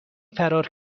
فرار